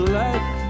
life